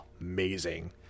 amazing